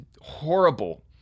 horrible